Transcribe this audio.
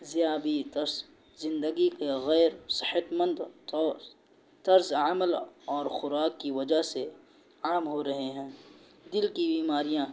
ذیابیطس زندگی کے غیرصحتمند طرز عمل اور خوراک کی وجہ سے عام ہو رہے ہیں دل کی بیماریاں